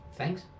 thanks